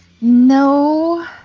No